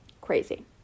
crazy